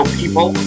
people